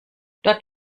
dort